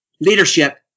leadership